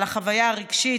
על החוויה הרגשית,